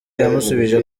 yamusubije